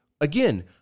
Again